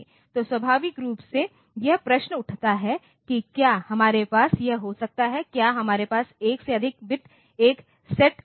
तो स्वाभाविक रूप से यह प्रश्न उठता है कि क्या हमारे पास यह हो सकता है क्या हमारे पास 1 से अधिक बिट 1 सेट हो सकता है